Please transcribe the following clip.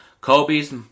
Kobe's